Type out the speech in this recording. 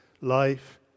life